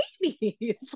baby